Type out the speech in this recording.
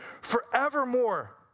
forevermore